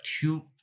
two